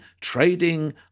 Trading